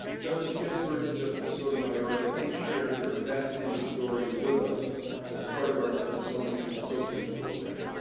justice ginsberg and justice sotomayor have each shared their fascinating stories with us as part of our smtihsonian associates program.